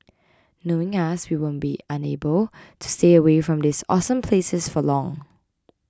knowing us we won't be unable to stay away from these awesome places for long